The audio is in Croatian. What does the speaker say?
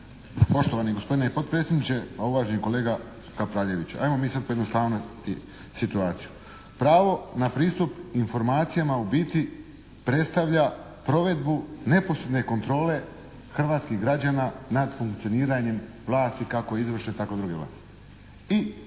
Poštovani gospodine potpredsjedniče, a uvaženi kolega Kapraljeviću. Ajmo mi sad pojednostaviti situaciju. Pravo na pristup informacijama u biti predstavlja provedbu neposredne kontrole hrvatskih građana nad funkcioniranjem vlasti, kako izvršne tako i druge vlasti.